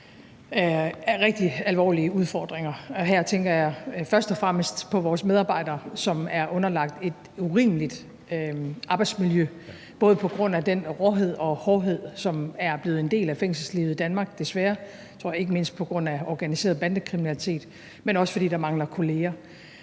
rigtig alvorlige udfordringer. Her tænker jeg først og fremmest på vores medarbejdere, som er underlagt et urimeligt arbejdsmiljø, både på grund af den råhed og hårdhed, som er blevet en del af fængselslivet i Danmark, desværre, ikke mindst på grund af organiseret bandekriminalitet, men også fordi der mangler kolleger.